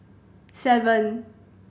seven